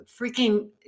freaking